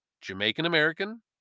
Jamaican-American